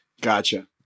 Gotcha